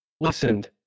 listened